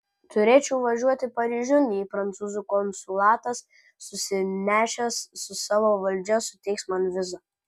turėčiau važiuoti paryžiun jei prancūzų konsulatas susinešęs su savo valdžia suteiks man vizą